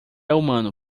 humano